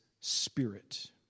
spirit